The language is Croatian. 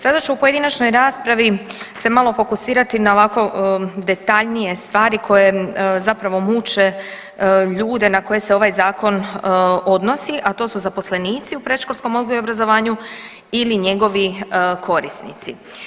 Sada ću u pojedinačnoj raspravi se malo fokusirati na ovako detaljnije stvari koje zapravo muče ljude na koje se ovaj zakon odnosi, a to su zaposlenici u predškolskom odgoju i obrazovanju ili njegovi korisnici.